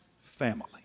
family